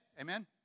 Amen